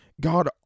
God